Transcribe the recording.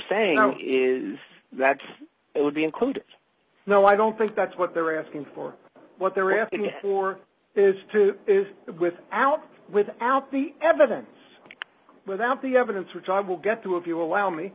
saying is that it would be included no i don't think that's what they're asking for what they're asking for is to with out without the evidence without the evidence which i will get through if you allow